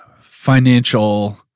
financial